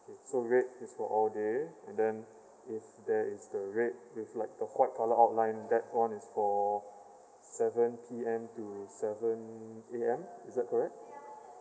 K so red is all day and then if there is the red with like the white colour outline that one is for seven P_M to seven A_M is that correct